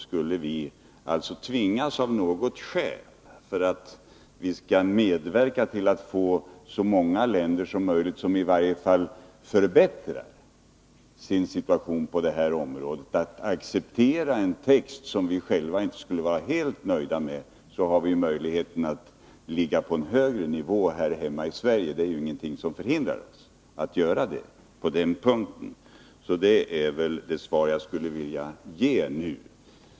Skulle vi alltså av något skäl tvingas — för att medverka till att få så många länder som möjligt att i varje fall förbättra sin situation på det där området — att acceptera en text som vi själva inte skulle vara helt nöjda med, har vi möjligheten att ligga på en högre nivå här hemma i Sverige. Det är ingenting som hindrar oss att göra det på den punkten. Det är det svar jag skulle vilja ge nu.